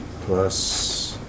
Plus